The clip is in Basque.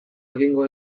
egingo